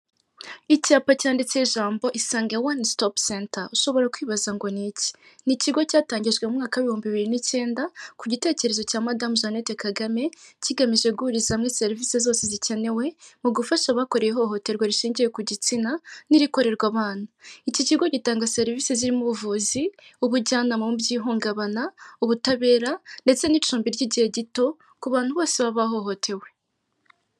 Icyapa cyanditse ijambo isange wani sitopu seta. ushobora kwibaza ngo ni iki? Ni ikigo cyatangijwe mu mwaka ibihumbi bibiri n'icyenda ku gitekerezo cya madame jeannette kagame kigamije guhuriza hamwe serivisi zose zikenewe mu gufasha abakorewe ihohoterwa rishingiye ku gitsina n'irikorerwa abana. Iki kigo gitanga serivisi zirimo ubuvuzi, ubujyanama mu by'ihungabana, ubutabera, ndetse n'icumbi ry'igihe gito ku bantu bose baba bahohotewe.